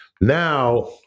now